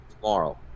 Tomorrow